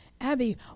Abby